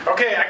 Okay